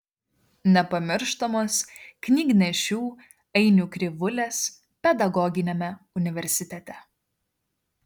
nepamirštamos knygnešių ainių krivulės pedagoginiame universitete